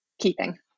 keeping